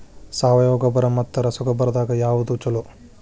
ಸಾವಯವ ಗೊಬ್ಬರ ಮತ್ತ ರಸಗೊಬ್ಬರದಾಗ ಯಾವದು ಛಲೋ?